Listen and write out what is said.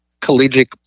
collegiate